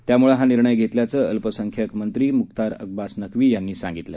त्यामुळं हा निर्णय घेतल्याचं अल्पसंख्यांक मंत्री मुख्तार अब्बास नक्वी यांनी सांगितलं